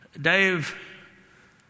Dave